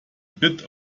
bit